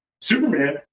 Superman